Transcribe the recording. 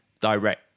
direct